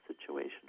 situation